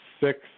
six